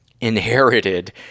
inherited